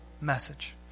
message